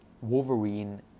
Wolverine